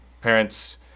Parents